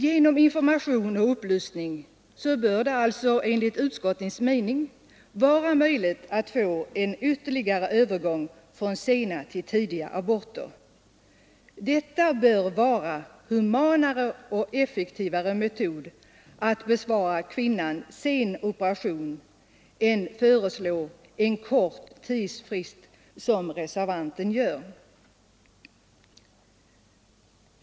Genom information och upplysning bör det alltså enligt utskottets mening vara möjligt att åstadkomma en ytterligare övergång från sena till tidiga aborter. Detta bör vara en humanare och effektivare metod att bespara kvinnan en sen operation än en kort tidsfrist, som reservanten föreslår.